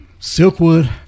Silkwood